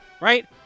right